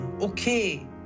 okay